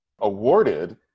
awarded